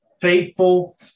faithful